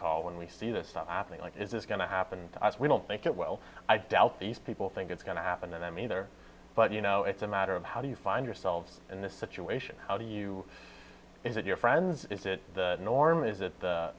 call when we see this stuff happening like is this going to happen to us we don't think it well i doubt these people think it's going to happen to them either but you know it's a matter of how do you find yourselves in this situation how do you is it your friends is it the norm is it